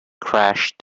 crashed